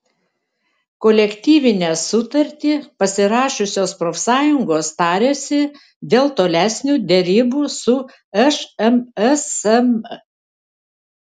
kolektyvinę sutartį pasirašiusios profsąjungos tarėsi dėl tolesnių derybų su šmsm